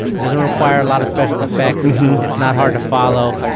it doesn't require a lot of special effects and it's not hard to follow.